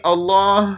Allah